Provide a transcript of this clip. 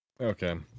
Okay